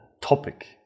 topic